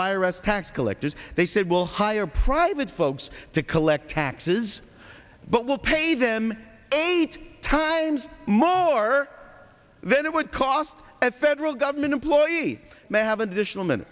virus tax collectors they said will hire private folks to collect taxes but will pay them eight times more then it would cost at federal government employees may have an additional m